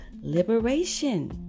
liberation